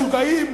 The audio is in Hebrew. משוגעים,